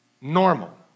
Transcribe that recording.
normal